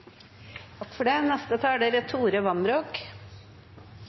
Takk for spørsmålene. Det er